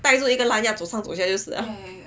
带着一个 lanyard 走上走下就是了